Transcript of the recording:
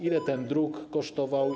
Ile ten druk kosztował?